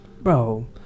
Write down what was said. bro